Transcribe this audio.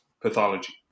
pathology